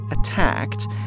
attacked